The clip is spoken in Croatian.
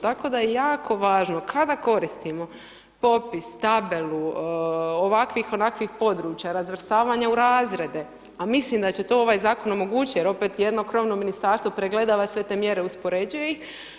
Tako da je jako važno kada koristimo popis, tabelu, ovakvih, onakvih područja, razvrstavanja u razrede a mislim da će to ovaj zakon omogućiti jer opet jedno krovno ministarstvo pregledava sve te mjere, uspoređuje ih.